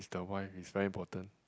is the wife is very important